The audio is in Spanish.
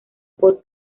por